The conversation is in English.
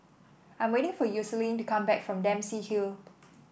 I am waiting for Yoselin to come back from Dempsey Hill